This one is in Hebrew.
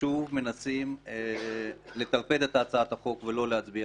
שוב מנסים לטרפד את הצעת החוק ולא להצביע